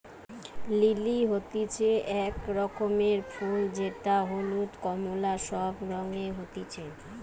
lily হতিছে এক রকমের ফুল যেটা হলুদ, কোমলা সব রঙে হতিছে